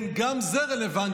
כן, גם זה רלוונטי.